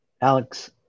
Alex